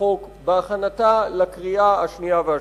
החוק בהכנתה לקריאה השנייה והשלישית.